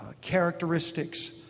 characteristics